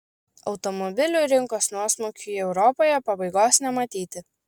automobilių rinkos nuosmukiui europoje pabaigos nematyti